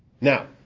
Now